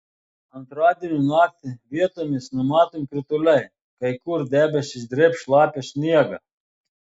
antradienio naktį vietomis numatomi krituliai kai kur debesys drėbs šlapią sniegą